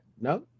No